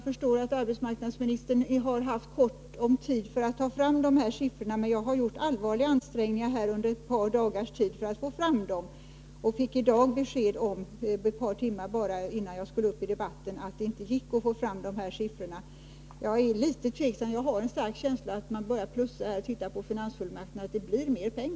Jag förstår att arbetsmarknadsministern har haft kort tid för att ta fram de här siffrorna. Jag har gjort allvarliga ansträngningar ett par dagar för att få fram dem. Bara ett par timmar innan jag skulle gå upp i debatten i dag fick jag besked om att det inte gick att få fram siffrorna. Jag är litet tveksam. Jag har en stark känsla av att om man tittar på finansfullmakten finner man att det blir mer pengar.